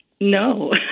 No